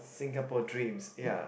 Singapore dreams ya